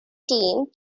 team